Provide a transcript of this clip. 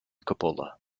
coppola